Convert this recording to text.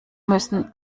müssen